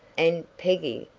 and, peggy,